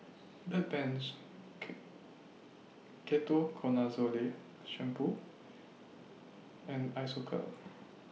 Bedpans Ketoconazole Shampoo and Isocal